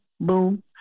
boom